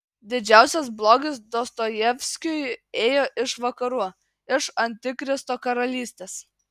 didžiausias blogis dostojevskiui ėjo iš vakarų iš antikristo karalystės